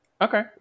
Okay